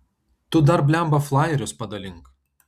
tu dar blemba flajerius padalink